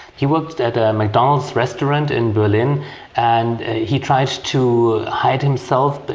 he worked at a mcdonald's restaurant in berlin and he tried to hide himself. but